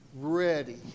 ready